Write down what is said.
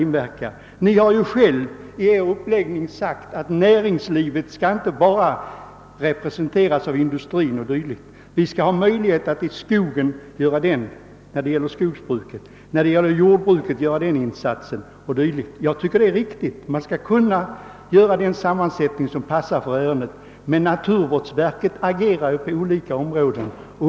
Ni har ju själva i en motion ' framhållit att näringslivet inte skall representeras bara av industrin utan att även en representant för jordbruket eller för skogsbruket skall kunna göra en insats när sådana ärenden förekommer. Det tycker jag är alldeles riktigt. Nämnden bör ha en sammansättning som passar för behandling av ifrågavarande ärende. Naturvårdsverket agerar ju på olika områden.